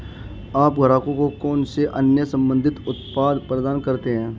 आप ग्राहकों को कौन से अन्य संबंधित उत्पाद प्रदान करते हैं?